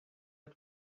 had